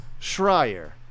schreier